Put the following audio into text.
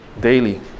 Daily